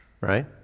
right